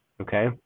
Okay